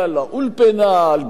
על בנייה בלתי חוקית,